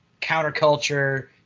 counterculture